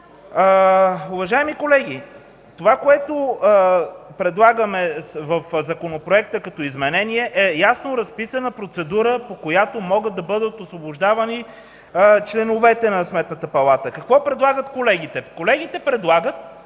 Уважаеми колеги, това, което предлагаме в законопроекта като изменение, е ясно разписана процедура, по която могат да бъдат освобождавани членовете на Сметната палата. Какво предлагат колегите? Те предлагат